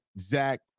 Zach